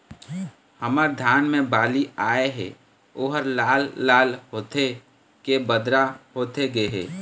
हमर धान मे बाली आए हे ओहर लाल लाल होथे के बदरा होथे गे हे?